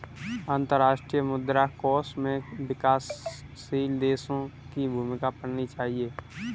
अंतर्राष्ट्रीय मुद्रा कोष में विकासशील देशों की भूमिका पढ़नी चाहिए